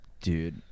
Dude